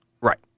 Right